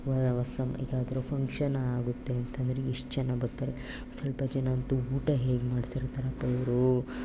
ಈಗ ಯಾವ್ದಾದ್ರು ಫಂಕ್ಷನ್ ಆಗುತ್ತೆ ಅಂತಂದರೆ ಎಷ್ಟು ಜನ ಬರ್ತಾರೆ ಸ್ವಲ್ಪ ಜನ ಅಂತೂ ಊಟ ಹೇಗೆ ಮಾಡ್ಸಿರ್ತಾರಪ್ಪ ಇವರು